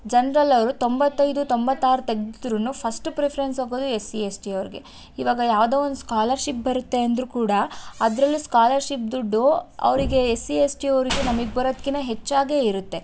general ಅವರು ತೊಂಬತ್ತೈದೋ ತೊಂಬತ್ತಾರೋ ತೆಗ್ದ್ರೂ ಫಸ್ಟ್ ಪ್ರಿಫ್ರೆನ್ಸ್ ಹೋಗೋದೇ ಎಸ್ ಸಿ ಎಸ್ ಟಿ ಅವ್ರಿಗೆ ಇವಾಗ ಯಾವ್ದೋ ಒಂದು ಸ್ಕಾಲರ್ಶಿಪ್ ಬರುತ್ತೆ ಅಂದರೂ ಕೂಡ ಅದರಲ್ಲೂ ಸ್ಕಾಲರ್ಶಿಪ್ ದುಡ್ಡು ಅವರಿಗೆ ಎಸ್ ಸಿ ಎಸ್ ಟಿ ಅವರಿಗೆ ನಮಗೆ ಬರೋದ್ಕಿಂತ ಹೆಚ್ಚಾಗೇ ಇರುತ್ತೆ